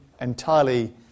entirely